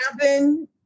happen